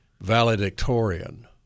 valedictorian